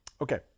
Okay